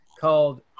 called